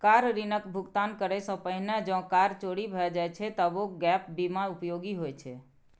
car ऋणक भुगतान करै सं पहिने जौं कार चोरी भए जाए छै, तबो गैप बीमा उपयोगी होइ छै